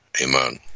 Amen